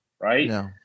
Right